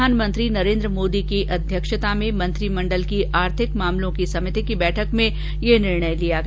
प्रधानमंत्री नरेन्द्र मोदी की अध्यक्षता में मंत्रिमण्डल की आर्थिक मामलों की समिति की बैठक में ये निर्णय लिया गया